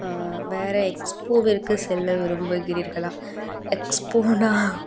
வேறு எக்ஸ்போவிற்கு செல்ல விரும்புகிறீர்களா எக்ஸ்போன்னா